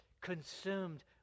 consumed